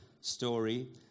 story